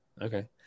Okay